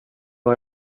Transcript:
vad